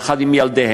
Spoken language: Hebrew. יחד עם ילדיהם,